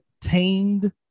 tamed